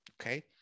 okay